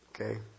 Okay